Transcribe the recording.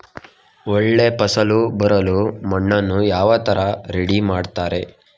ಒಳ್ಳೆ ಫಸಲು ಬರಲು ಮಣ್ಣನ್ನು ಯಾವ ತರ ರೆಡಿ ಮಾಡ್ತಾರೆ?